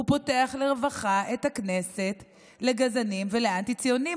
הוא פותח לרווחה את הכנסת לגזענים ולאנטי-ציונים,